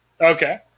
Okay